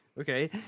Okay